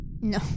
No